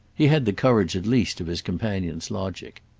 he had the courage at least of his companion's logic.